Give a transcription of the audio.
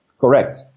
Correct